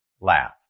Laugh